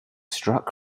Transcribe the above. struck